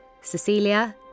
Cecilia